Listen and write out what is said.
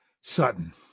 Sutton